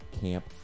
camp